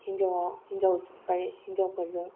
हिनजावा हिनजावफोरजों